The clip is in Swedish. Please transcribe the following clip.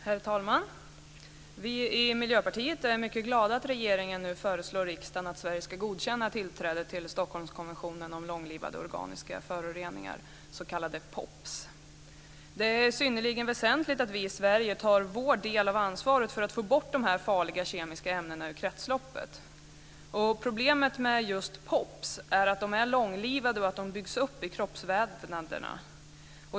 Herr talman! Vi i Miljöpartiet är mycket glada att regeringen nu föreslår riksdagen att Sverige ska godkänna tillträde till Stockholmskonventionen om långlivade organiska föroreningar, s.k. POP. Det är synnerligen väsentligt att vi i Sverige tar vår del av ansvaret för att få bort de här farliga kemiska ämnena ur kretsloppet. Problemet med just POP är att de är långlivade och att de byggs upp i kroppsvävnaderna.